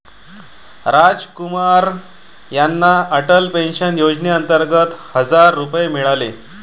रामकुमार यांना अटल पेन्शन योजनेअंतर्गत हजार रुपये मिळाले